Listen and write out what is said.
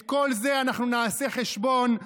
את כל זה אנחנו נעשה חשבון,